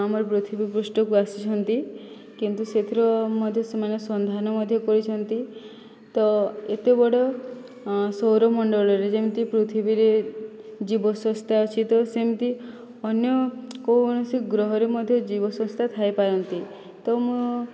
ଆମର ପୃଥିବୀପୃଷ୍ଠକୁ ଆସିଛନ୍ତି କିନ୍ତୁ ସେଥିରେ ମଧ୍ୟ ସେମାନେ ସନ୍ଧାନ ମଧ୍ୟ କରିଛନ୍ତି ତ ଏତେ ବଡ଼ ସୌରମଣ୍ଡଳରେ ଯେମିତି ପୃଥିବୀରେ ଜୀବସଂସ୍ଥା ଅଛି ତ ସେମିତି ଅନ୍ୟ କୌଣସି ଗ୍ରହରେ ମଧ୍ୟ ଜୀବସଂସ୍ଥା ଥାଇପାରନ୍ତି ତ ମୁଁ